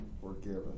forgiven